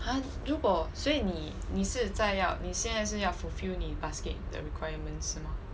!huh! 你如果所以你你是再要你现在是要 fulfil 你 basket 的 requirements 是吗